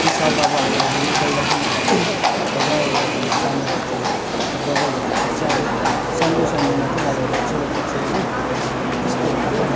त्यो सब अब हामीलाई लिनु पहिला पनि बजारहरू हामीले जाने गर्थ्यो त्यो बजार भन्ने चिज चाहिँ अब सन्डे सन्डे मात्रै लाग्ने गर्छ यता चाहिँ होइन र त्यस्तो हुन्थ्यो